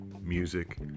music